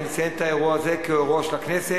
אני מציין את האירוע הזה כי הוא אירוע של הכנסת.